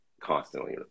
constantly